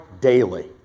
daily